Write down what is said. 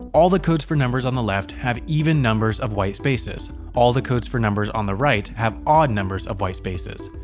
all the codes for numbers on the left have even numbers of white spaces, all the codes for numbers on the right have odd numbers of white spaces.